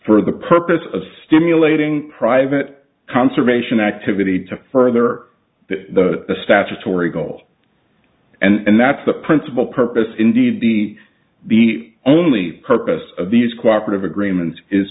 for the purpose of stimulating private conservation activity to further the statutory goals and that's the principal purpose indeed be the only purpose of these corporate agreements is